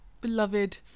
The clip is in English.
beloved